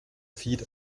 feed